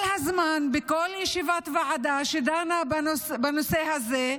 כל הזמן, בכל ישיבת ועדה שדנה בנושא הזה,